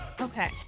Okay